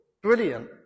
Brilliant